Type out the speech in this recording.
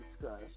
discuss